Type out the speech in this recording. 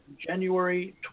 January